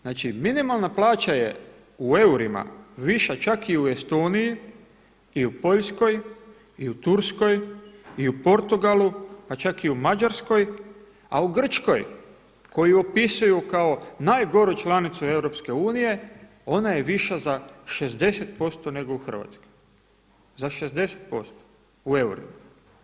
Znači minimalna plaća je u eurima viša čak i u Estoniji i u Poljskoj i u Turskoj i u Portugalu, pa čak i u Mađarskoj a u Grčkoj, koju opisuju kao najgoru članicu EU ona je više za 60% nego u Hrvatskoj, za 60% u eurima.